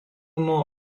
nuo